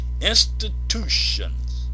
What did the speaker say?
institutions